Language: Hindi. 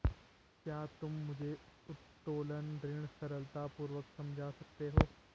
क्या तुम मुझे उत्तोलन ऋण सरलतापूर्वक समझा सकते हो?